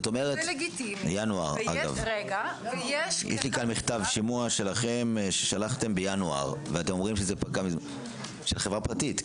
ראיתי את מכתב השימוע שלכם מינואר, של חברה פרטית.